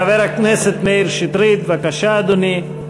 חבר הכנסת מאיר שטרית, בבקשה, אדוני.